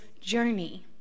journey